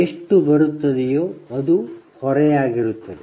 ಎಷ್ಟು ಬರುತ್ತಿದಯೋ ಅದು ಹೊರೆಯಾಗಿರುತ್ತದೆ